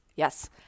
Yes